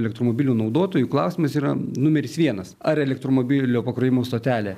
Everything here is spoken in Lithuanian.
elektromobilių naudotojų klausimas yra numeris vienas ar elektromobilio pakrovimo stotelė